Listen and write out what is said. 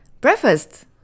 breakfast